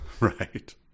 Right